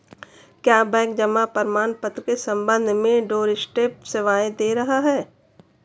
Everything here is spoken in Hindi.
क्या बैंक जमा प्रमाण पत्र के संबंध में डोरस्टेप सेवाएं दे रहा है?